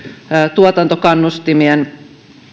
tuotantokannustimien